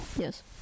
Yes